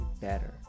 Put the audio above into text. better